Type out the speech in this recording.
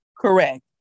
Correct